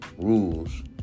rules